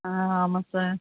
ஆ ஆமாம் சார்